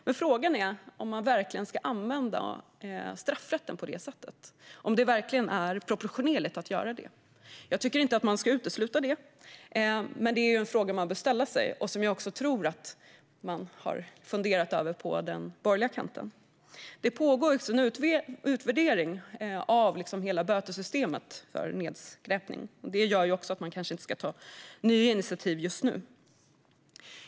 Men frågan är om man verkligen ska använda straffrätten på det sättet och om det verkligen är proportionerligt att göra det. Jag tycker inte att man ska utesluta detta, men det är en fråga som man bör ställa sig, vilket jag tror har skett på den borgerliga kanten. Det pågår en utvärdering av hela bötessystemet för nedskräpning, och detta gör att man kanske inte ska ta några nya initiativ just nu.